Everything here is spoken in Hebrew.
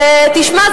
תשמע,